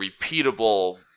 repeatable